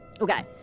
Okay